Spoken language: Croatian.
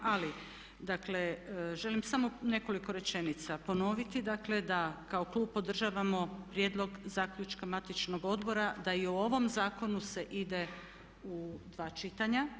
Ali dakle želim samo nekoliko rečenica ponoviti, dakle da kao klub podržavamo prijedlog zaključka matičnog odbora da i o ovom zakonu se ide u dva čitanja.